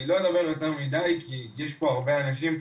אני לא אדבר יותר מידיי, כי יש פה הרבה אנשים.